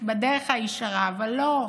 בדרך הישרה, אבל לא,